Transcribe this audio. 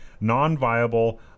Non-viable